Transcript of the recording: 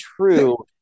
True